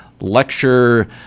lecture